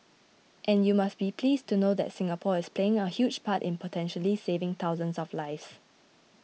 and you must be pleased to know that Singapore is playing a huge part in potentially saving thousands of lives